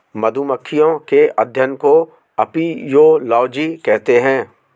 मधुमक्खियों के अध्ययन को अपियोलोजी कहते हैं